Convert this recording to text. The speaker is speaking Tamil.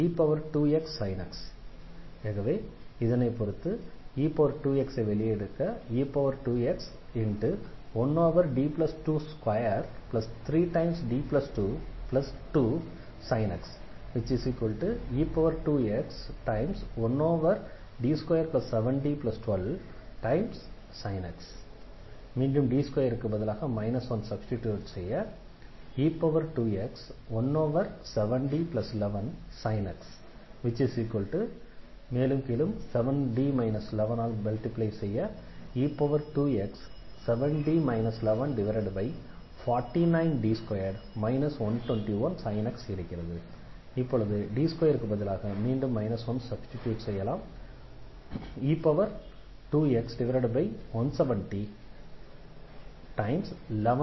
1D23D2e2xsin x இதனை பொறுத்து e2x1D223D22sin x e2x1D27D12sin x e2x17D11sin x e2x7D 1149D2 121sin x e2x170